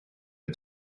the